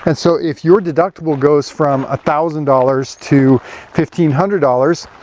and so if your deductible goes from a thousand dollars to fifteen hundred dollars,